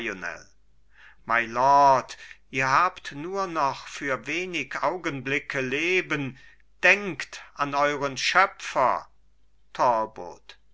ihr habt nur noch für wenig augenblicke leben denkt an euren schöpfer